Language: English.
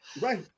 Right